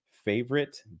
favorite